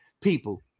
people